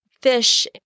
fish